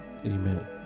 Amen